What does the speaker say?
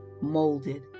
molded